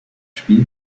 spiel